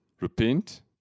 Repent